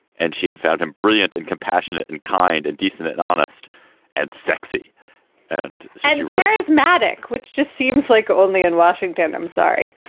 and she had found him brilliant and compassionate and kind and decent and honest and sexy and said mattick, which just seems like only in washington i'm sorry